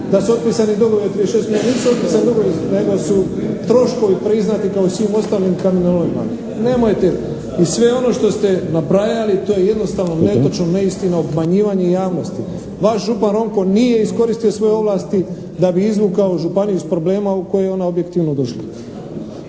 da su otpisani dugovi 36 milijuna. Nisu otpisani dugovi nego su troškovi priznati kao i svim ostalim kamenolomima. Nemojte, i sve ono što ste nabrajali to je jednostavno netočno, neistinito obmanjivanje javnosti. Vaš župan Ronko nije iskoristio svoje ovlasti da bi izvukao županiju iz problema u koje je ona objektivno došla.